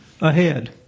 Ahead